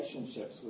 relationships